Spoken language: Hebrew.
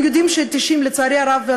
לצערי הרב,